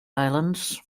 islands